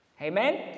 Amen